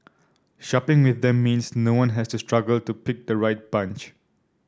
shopping with them means no one has to struggle to pick the right bunch